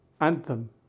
anthem